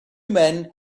men